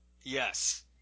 yes